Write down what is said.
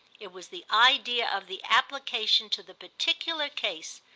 it was the idea of the application to the particular case,